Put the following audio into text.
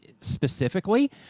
specifically